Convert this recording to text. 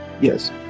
Yes